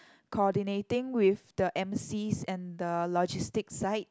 coordinating with the emcees and the logistic side